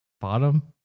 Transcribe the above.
Bottom